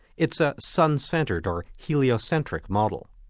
it's a sun centred or heliocentric model.